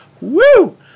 Woo